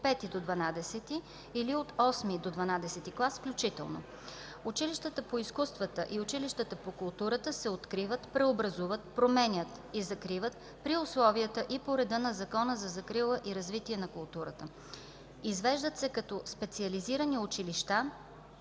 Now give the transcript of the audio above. от осми до дванадесети клас включително. Училищата по изкуствата и училищата по културата се откриват, преобразуват, променят и закриват при условията и по реда на Закона за закрила и развитие на културата. Извеждат се като специализирани училища,